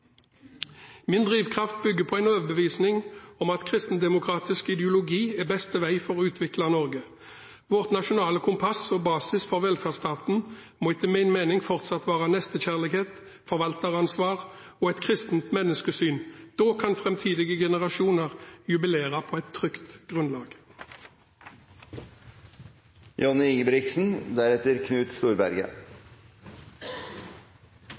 Min drivkraft bygger på en overbevisning om at kristendemokratisk ideologi er beste vei for å utvikle Norge. Vårt nasjonale kompass og basis for velferdsstaten må etter min mening fortsatt være nestekjærlighet, forvalteransvar og et kristent menneskesyn. Da kan framtidige generasjoner jubilere på et trygt grunnlag.